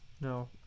No